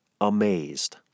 amazed